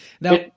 Now